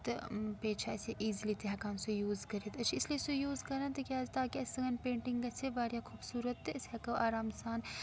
تہٕ بیٚیہِ چھِ اَسہِ یہِ ایٖزِلی تہِ ہٮ۪کان سُہ یوٗز کٔرِتھ أسۍ چھِ اِسلیے سُہ یوٗز کران تِکیٛازِ تاکہِ اَسہِ سٲنۍ پیٚٹِنٛگ گژھِ ہے واریاہ خوٗبصوٗرت تہٕ أسۍ ہٮ۪کو آرام سان